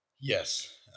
yes